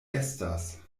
estas